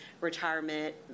retirement